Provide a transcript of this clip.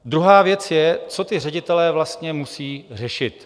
Druhá věc je, co ti ředitelé vlastně musejí řešit.